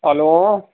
hello